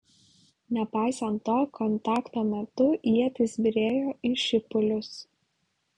nepaisant to kontakto metu ietys byrėjo į šipulius